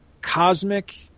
cosmic